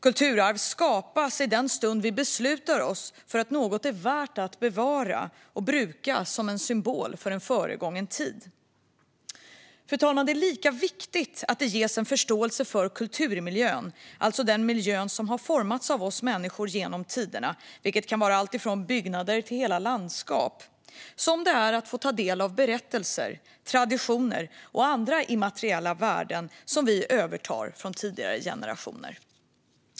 Kulturarv skapas i den stund vi beslutar oss för att något är värt att bevara och bruka som en symbol för en förgången tid. Fru talman! Det är lika viktigt att det ges en förståelse för kulturmiljön - alltså den miljö som har formats av oss människor genom tiderna, vilket kan vara alltifrån byggnader till hela landskap - som det är att få ta del av berättelser, traditioner och andra immateriella värden som vi övertar från tidigare generationer.